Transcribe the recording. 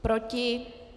Proti?